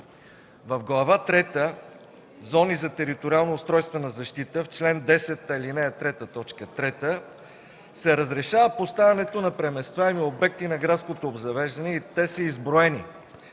В Глава трета „Зони за териториално-устройствена защита”, в чл. 10, ал. 3, т. 3 се разрешава поставянето на преместваеми обекти на градското обзавеждане и те са изброени